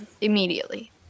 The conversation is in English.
immediately